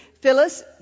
Phyllis